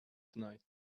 tonight